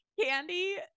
Candy